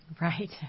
Right